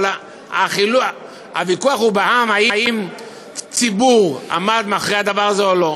אבל הוויכוח בעם הוא האם ציבור עמד מאחורי הדבר הזה או לא.